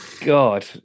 God